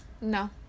No